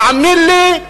תאמין לי,